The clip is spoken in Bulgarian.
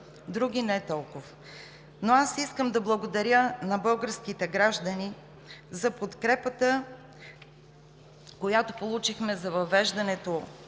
други не толкова, но аз искам да благодаря на българските граждани за подкрепата, която получихме за въвеждането